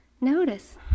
notice